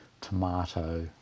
tomato